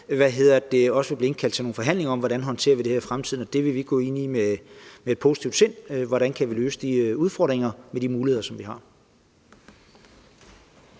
enig med sig selv, vil blive indkaldt til nogle forhandlinger om, hvordan vi håndterer det her i fremtiden. Det vil vi gå ind i med et positivt sind og se på, hvordan vi kan løse de udfordringer med de muligheder, som vi har.